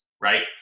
right